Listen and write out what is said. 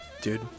Dude